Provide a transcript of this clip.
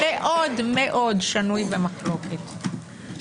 מאוד-מאוד שנוי במחלוקת,